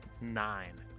nine